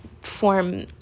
form